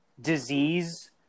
disease